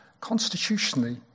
Constitutionally